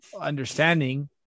understanding